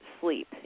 sleep